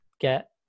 get